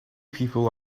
people